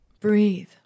breathe